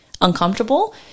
uncomfortable